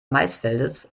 maisfeldes